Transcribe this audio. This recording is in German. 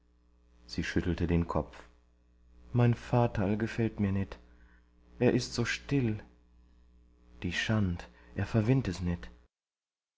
sie schüttelte den kopf mein vaterl gefällt mir nit et ist so still die schand er verwind't es nit